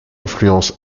influence